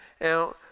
Now